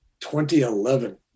2011